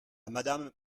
madame